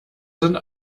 sind